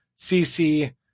CC